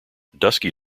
dusky